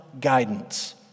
guidance